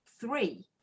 three